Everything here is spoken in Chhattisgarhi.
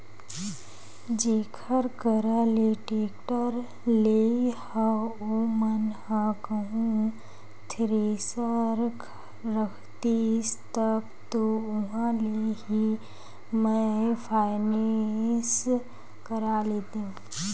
जेखर करा ले टेक्टर लेय हव ओमन ह कहूँ थेरेसर रखतिस तब तो उहाँ ले ही मैय फायनेंस करा लेतेव